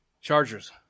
Chargers